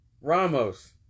Ramos